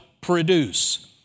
produce